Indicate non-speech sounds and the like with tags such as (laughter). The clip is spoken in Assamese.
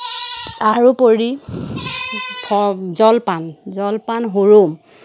তাৰোপৰি (unintelligible) জলপান জলপান হুৰুম